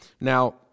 Now